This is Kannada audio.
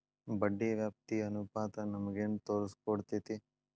ಬಡ್ಡಿ ವ್ಯಾಪ್ತಿ ಅನುಪಾತ ನಮಗೇನ್ ತೊರಸ್ಕೊಡ್ತೇತಿ?